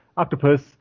octopus